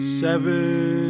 seven